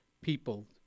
people